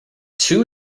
two